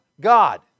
God